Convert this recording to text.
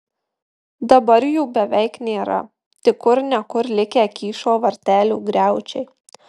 dabar jų beveik nėra tik kur ne kur likę kyšo vartelių griaučiai